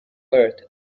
earth